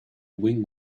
wing